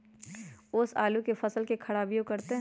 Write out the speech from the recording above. ओस आलू के फसल के खराबियों करतै?